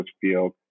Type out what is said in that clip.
field